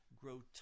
grow